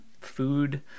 food